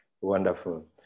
Wonderful